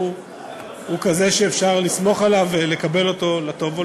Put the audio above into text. הוא לא אפידמיולוג, הוא